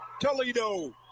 Toledo